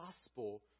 gospel